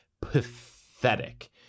pathetic